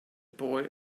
boy